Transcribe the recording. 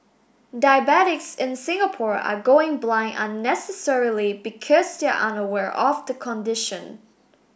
diabetics in Singapore are going blind unnecessarily because they are unaware of the condition